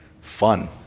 Fun